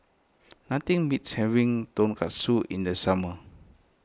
nothing beats having Tonkatsu in the summer